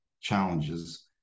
challenges